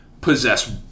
possess